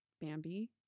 Bambi